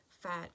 fat